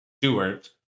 Stewart